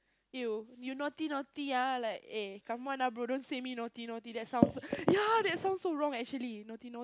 !ew! you naughty naughty ah like eh come on ah bro don't say me naughty naughty that's sound so yeah that sounds so wrong actually naughty